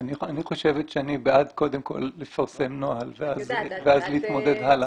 אני חושבת שאני בעד קודם כול לפרסם נוהל ואז להתמודד הלאה.